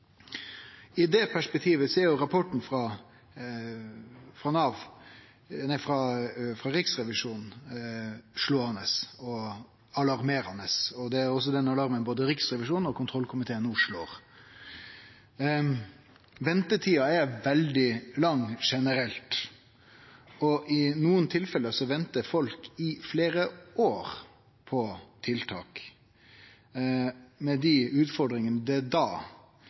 I det perspektivet er rapporten frå Riksrevisjonen slåande og alarmerande. Det er også den alarmen både Riksrevisjonen og kontrollkomiteen no slår. Ventetida er generelt veldig lang. I nokre tilfelle ventar folk i fleire år på tiltak, med dei utfordringane det